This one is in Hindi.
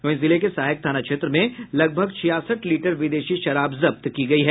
वहीं जिले के सहायक थाना क्षेत्र में लगभग छियासठ लीटर विदेशी शराब जब्त की गयी है